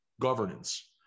governance